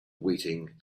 waiting